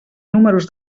números